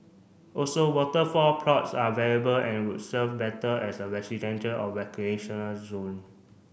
also waterfront plots are valuable and would serve better as a residential or recreational zone